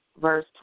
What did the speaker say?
verse